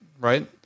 Right